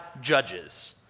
judges